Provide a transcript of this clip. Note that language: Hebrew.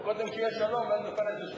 או קודם שיהיה שלום ואז נפנה את השטחים?